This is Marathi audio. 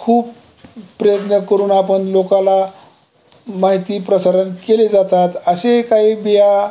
खूप प्रयत्न करून आपण लोकाला माहिती प्रसारण केले जातात असे काही बिया